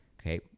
Okay